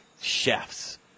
chefs